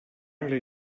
angry